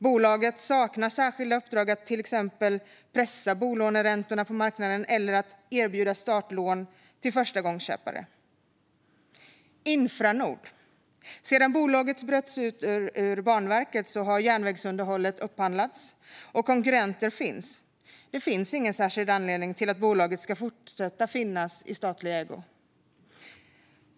Bolaget saknar särskilda uppdrag att till exempel pressa bolåneräntorna på marknaden eller att erbjuda startlån till förstagångsköpare. Infranord: Sedan bolaget bröts ut ur Banverket har järnvägsunderhållet upphandlats, och konkurrenter finns. Det finns ingen särskild anledning till att bolaget ska fortsätta finnas i statlig ägo.